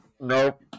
Nope